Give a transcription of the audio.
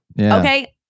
Okay